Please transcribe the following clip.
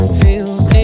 feels